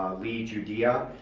lee judeah,